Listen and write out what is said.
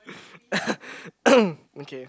okay